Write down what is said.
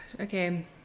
Okay